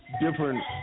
different